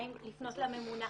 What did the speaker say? האם לפנות לממונה,